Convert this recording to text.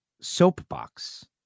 soapbox